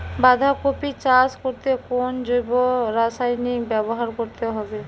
বাঁধাকপি চাষ করতে কোন জৈব রাসায়নিক ব্যবহার করতে হবে?